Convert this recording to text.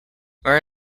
where